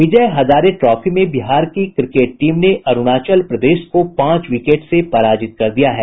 विजय Hazare trophy में बिहार की cricket team ने अरूणाचल प्रदेश को पांच विकेट से पराजित कर दिया है